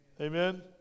Amen